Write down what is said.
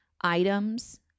items